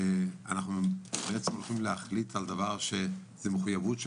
אנחנו בעצם הולכים להחליט על דבר שהוא מחויבות של